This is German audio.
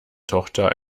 tochter